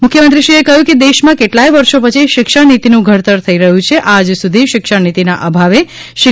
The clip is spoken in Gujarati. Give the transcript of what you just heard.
મુખ્યમંત્રીશ્રીએ કહ્યું કે દેશમાં કેટલાય વર્ષો પછી શિક્ષણ નીતિનું ઘડતર થઇ રહ્યું છે આજ સુધી શિક્ષણ નીતિના અભાવે શિક